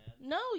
No